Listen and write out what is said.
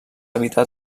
evitat